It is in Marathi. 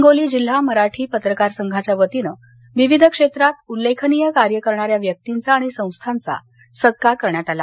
हिंगोली जिल्हा मराठी पत्रकार संघाच्या वतीनं विविध क्षेत्रात उल्लेखनीय कार्य करणाऱ्या व्यक्तींचा आणि संस्थांचा सत्कार करण्यात आला